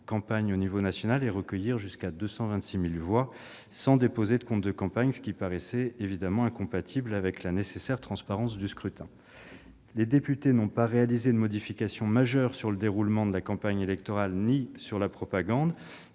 campagne à l'échelon national et recueillir jusqu'à 226 000 voix sans déposer de comptes de campagne, ce qui paraît incompatible avec la nécessaire transparence du scrutin. Les députés n'ont pas adopté de modification majeure quant au déroulement de la campagne électorale ou à la propagande.